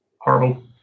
Horrible